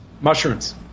Mushrooms